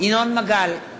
ינון מגל,